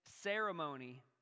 ceremony